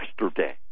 yesterday